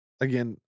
again